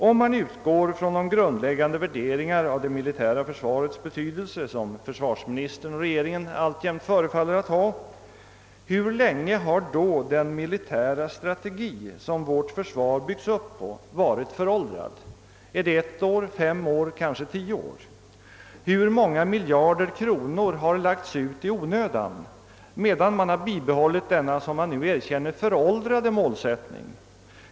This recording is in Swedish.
Om man utgår från de grundläggande värderingar av det militära försvarets betydelse som försvarsministern och regeringen alltjämt förefaller att ha, hur länge har då den militära strategi som vårt försvar byggts upp på varit föråldrad? Är det ett år, fem år, kanske tio år? Hur många miljarder kronor har lagts ut i onödan medan man bibehållit denna, som man nu erkänner, föråldrade målsättning?